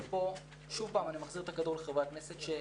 ופה שוב פעם אני מחזיר את הכדור לחברי הכנסת.